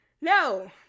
No